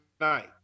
night